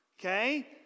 Okay